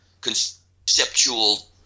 conceptual